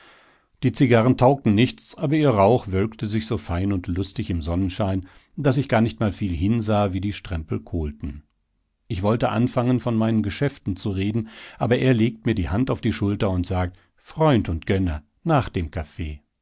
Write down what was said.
die zigarren taugten nichts aber ihr rauch wölkte sich so fein und lustig im sonnenschein daß ich gar nicht mal viel hinsah wie die strempel kohlten ich wollte anfangen von meinen geschäften zu reden aber er legt mir die hand auf die schulter und sagt freund und gönner nach dem kaffee